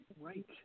Right